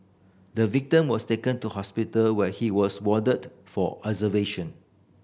the victim was taken to hospital where he was warded for observation